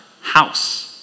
house